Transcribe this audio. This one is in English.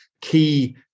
key